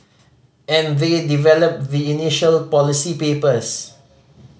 and they develop the initial policy papers